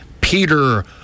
Peter